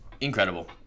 incredible